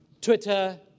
Twitter